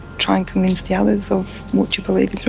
try and convince the others of what you believe is